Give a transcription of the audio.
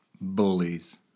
Bullies